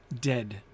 Dead